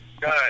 Good